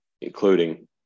including